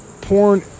porn